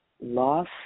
loss